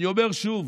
אני אומר שוב: